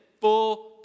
full